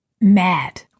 mad